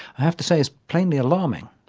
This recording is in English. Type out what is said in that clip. i have to say is plainly alarming.